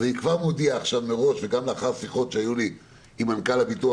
אז אני כבר מודיע מראש וזה לאחר שיחות שהיו לי עם מנכ"ל הביטוח